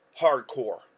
hardcore